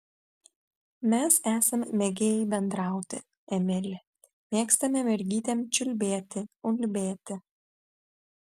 mes esam mėgėjai bendrauti emili mėgstame mergytėm čiulbėti ulbėti